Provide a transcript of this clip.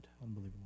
Unbelievable